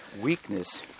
weakness